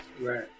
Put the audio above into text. Right